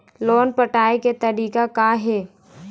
Loan पटाए के तारीख़ का हे?